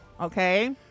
Okay